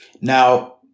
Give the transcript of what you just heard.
Now